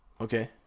Okay